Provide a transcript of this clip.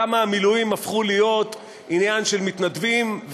כמה המילואים הפכו להיות עניין של מתנדבים,